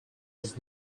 was